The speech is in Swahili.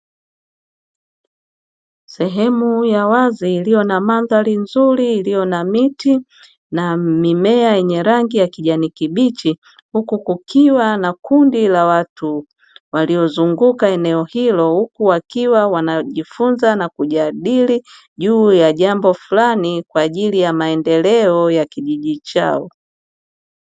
Sehemu ya wazi iliyo na mandhari nzuri iliyo na miti na mimea yenye rangi ya kijani kibichi huku kukiwa na kundi la watu waliozunguka eneo hilo huku wakiwa wanajifunza na kujadili juu ya jambo fulani kwa ajili ya maendeleo ya kijiji chao.